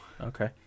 Okay